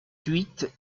huit